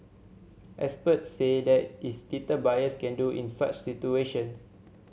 experts said there is little buyers can do in such situations